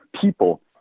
People